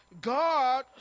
god